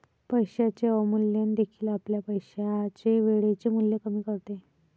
पैशाचे अवमूल्यन देखील आपल्या पैशाचे वेळेचे मूल्य कमी करते